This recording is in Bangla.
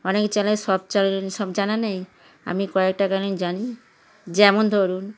অনেক চ্যানেল সব চ্যানেল সব জানা নেই আমি কয়েকটা জানি যেমন ধরুন